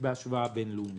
בהשוואה בין-לאומית.